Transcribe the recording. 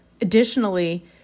Additionally